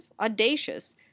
audacious